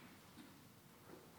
יום האדמה.